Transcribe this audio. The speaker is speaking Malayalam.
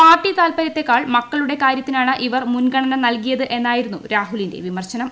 പാർട്ടി താൽപര്യത്തെക്കാൾ മക്കളുടെ കാര്യത്തിനാണ് ഇവർ മുൻഗണന നൽകിയതെന്നായിരുന്നു രാഹുലിന്റെ വിമർശനം